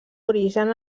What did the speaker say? origen